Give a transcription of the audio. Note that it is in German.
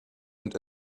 und